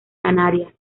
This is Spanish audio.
canarias